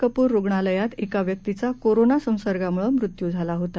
कपूर रुग्णालयात एका व्यक्तीचा कोरोना संसर्गामुळ मृत्यू झाला होता